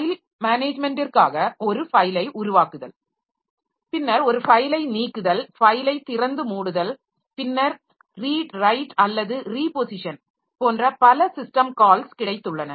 file மேனேஜ்மென்ட்டிற்காக ஒரு ஃபைலை உருவாக்குதல் பின்னர் ஒரு ஃபைலை நீக்குதல் ஃபைலைத் திறந்து மூடுதல் பின்னர் ரீட் ரைட் அல்லது ரீபொசிஷன் போன்ற பல சிஸ்டம் கால்ஸ் கிடைத்துள்ளன